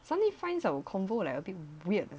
suddenly finds our convo like a bit weird